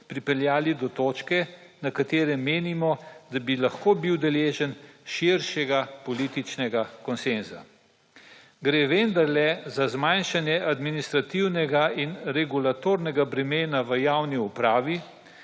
pripeljali do točke, za katere menimo, da bi lahko bil deležen širšega politične konsenza. Gre vendarle za zmanjšanje administrativnega in regulatornega bremena v javni upravi